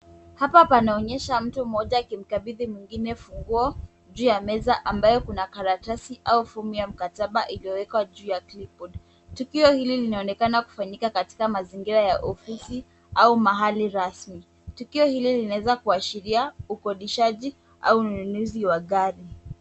Hapa panaonyesha mtu mmoja akimkabidhi mwingine funguo, juu ya meza ambayo kuna karatasi au fomu ya mkataba iliyowekwa juu ya clip board . Tukio hili linaonekana kufanyika katika mazingira ya ofisi au mahali rasmi. Tukio hili linaweza kuashiria ukodishaji au ununuzi wa gari.